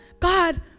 God